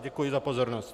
Děkuji za pozornost.